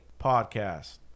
Podcast